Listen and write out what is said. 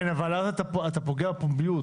אבל אז אתה פוגע בפומביות.